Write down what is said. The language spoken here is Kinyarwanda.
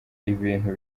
ibintu